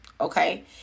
okay